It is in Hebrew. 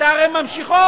אתה הרי ממשיכו.